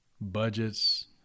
budgets